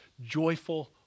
joyful